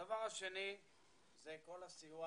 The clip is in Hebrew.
הדבר השני זה כל הסיוע